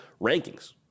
rankings